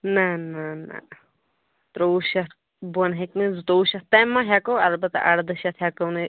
نَہ نَہ نَہ ترٛوٚوُہ شٮ۪تھ بۄن ہیٚکہِ نہٕ زٕتووُہ شٮ۪تھ تانۍ مَہ ہیٚکو البتہ اَردَہ شٮ۪تھ ہیٚکو نہٕ أ